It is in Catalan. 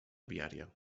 viària